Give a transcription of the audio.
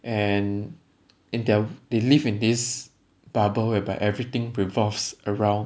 and in their they live in this bubble whereby everything revolves around